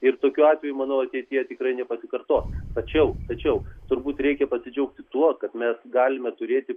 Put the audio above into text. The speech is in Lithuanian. ir tokių atvejų manau ateityje tikrai nepasikartos tačiau tačiau turbūt reikia pasidžiaugti tuo kad mes galime turėti